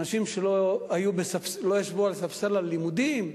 אנשים שלא ישבו על ספסל הלימודים.